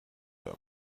them